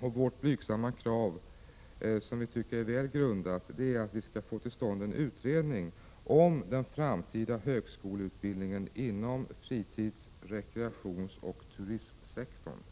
Vårt blygsamma krav, som vi tycker är väl grundat, är att vi skall få till stånd en utredning om den framtida högskoleutbildningen inom fritids-, rekreationsoch turismsektorn.